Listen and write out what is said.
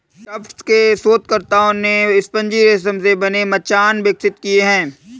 Tufts के शोधकर्ताओं ने स्पंजी रेशम से बने मचान विकसित किए हैं